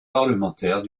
parlementaire